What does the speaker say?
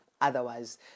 otherwise